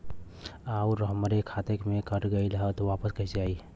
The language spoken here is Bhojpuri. आऊर हमरे खाते से कट गैल ह वापस कैसे आई?